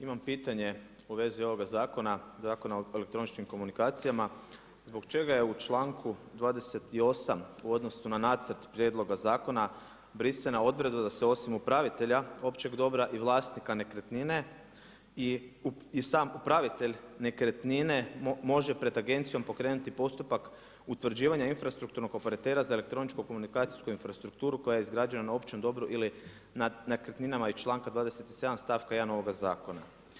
Imam pitanje u vezi ovoga zakona, Zakona o elektroničkim komunikacijama, zbog čega je u članku 28. u odnosu na nacrt prijedloga zakona brisana odredba da se osim upravitelja općeg dobra i vlasnika nekretnine i sam upravitelj nekretnine može pred agencijom pokrenuti postupak utvrđivanja infrastrukturnog operatera za elektroničko komunikacijsku infrastrukturu koja je izgrađena na općem dobru ili na nekretninama iz članka 27. stavka 1 ovoga Zakona.